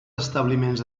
establiments